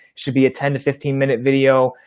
should be a ten to fifteen minute video,